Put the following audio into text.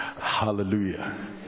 Hallelujah